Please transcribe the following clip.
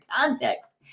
context